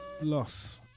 loss